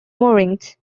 moorings